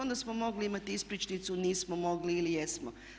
Onda smo mogli imati ispričnicu, nismo mogli ili jesmo.